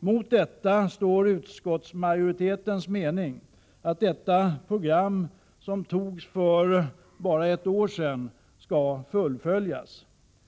Mot detta står utskottsmajoritetens mening, att det program som man fattade beslut om för ett år sedan skall fullföljas.